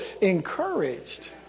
encouraged